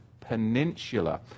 Peninsula